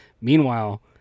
Meanwhile